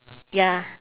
ya